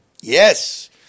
Yes